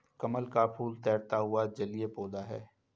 कमल का फूल तैरता हुआ जलीय पौधा है